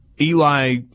Eli